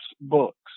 books